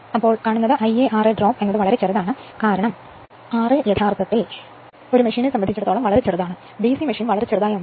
അതിനാൽ Ia ra drop വളരെ ചെറുതാണ് കാരണം റാ യഥാർത്ഥത്തിൽ ഫോറ മെഷീൻ വളരെ ചെറുതാണ് DC മെഷീൻ വളരെ ചെറുതാണ്